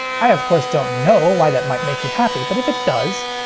i of course don't know why that might make you happy, but if it does,